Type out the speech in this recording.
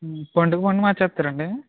పండుకి పండుకి మార్చేస్తారండి